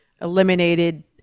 eliminated